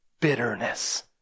bitterness